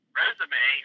resume